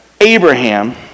Abraham